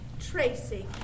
Tracy